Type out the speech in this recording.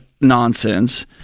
nonsense